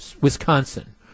Wisconsin